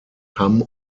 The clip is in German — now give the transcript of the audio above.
hamm